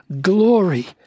glory